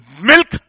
milk